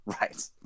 Right